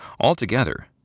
Altogether